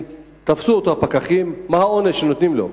אם תפסו אותו הפקחים, מה העונש שנותנים לו?